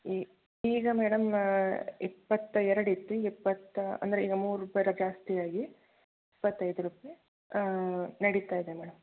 ಈ ಈಗ ಮೇಡಮ್ ಇಪ್ಪತ್ತ ಎರಡು ಇತ್ತು ಈಗ ಇಪ್ಪತ್ತ ಅಂದರೆ ಈಗ ಮೂರು ರೂಪಾಯಲ್ಲ ಜಾಸ್ತಿ ಆಗಿ ಇಪ್ಪತೈದು ರೂಪಾಯಿ ನಡಿತಾ ಇದೆ ಮೇಡಮ್